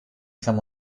kann